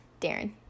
Darren